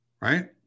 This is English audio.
Right